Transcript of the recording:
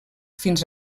fins